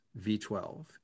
V12